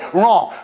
wrong